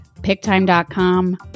Picktime.com